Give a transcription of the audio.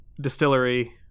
distillery